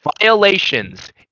Violations